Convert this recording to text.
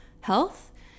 health